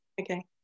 Okay